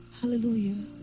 Hallelujah